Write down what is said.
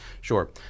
Sure